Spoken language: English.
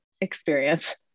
experience